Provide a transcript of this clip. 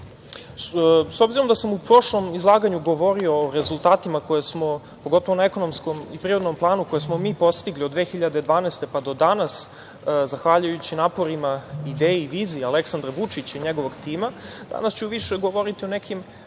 obzirom da sam u prošlom izlaganju govorio o rezultatima, pogotovo na ekonomskom i privrednom planu, koje smo mi postigli od 2012. godine, pa do danas zahvaljujući naporima, ideji i viziji Aleksandra Vučića i njegovog tima, danas ću više govoriti o nekim